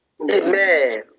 Amen